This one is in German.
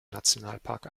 nationalpark